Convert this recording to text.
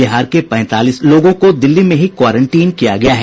बिहार के पैंतालीस लोगों के दिल्ली में ही क्वारंटीन किया गया है